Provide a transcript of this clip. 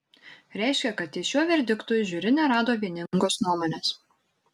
reiškia kad ties šiuo verdiktu žiuri nerado vieningos nuomonės